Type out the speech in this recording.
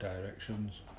directions